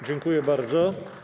Dziękuję bardzo.